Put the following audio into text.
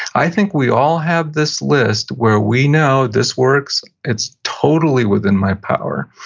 i think we all have this list where we know this works, it's totally within my power,